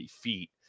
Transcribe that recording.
feet